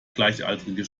gleichaltrige